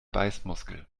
beißmuskel